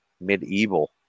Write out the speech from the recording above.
medieval